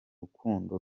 rukundo